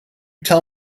tell